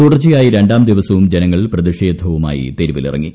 തുടർച്ചയായി രണ്ടാം ദിവസവും ജനങ്ങൾ പ്രതിഷേധവുമായി തെരുവിലിറങ്ങി